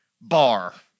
Bar